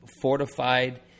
fortified